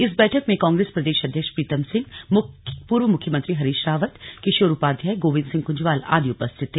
इस बैठक में कांग्रेस प्रदेश अध्यक्ष प्रीतम सिंह पूर्व मुख्यमंत्री हरीश रावत किशोर उपाध्याय गोविन्द सिंह कुंजवाल आदि उपस्थित थे